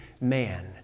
man